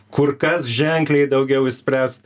kur kas ženkliai daugiau išspręst